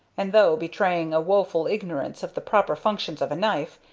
and though betraying a woful ignorance of the proper functions of a knife,